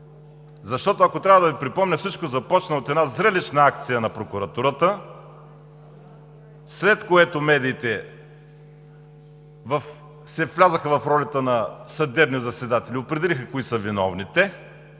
Защото, ако трябва да Ви припомня, всичко започна от една зрелищна акция на прокуратурата, след което медиите влязоха в ролята на съдебни заседатели – определиха кои са виновните.